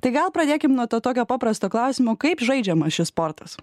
tai gal pradėkim nuo to tokio paprasto klausimo kaip žaidžiamas šis sportas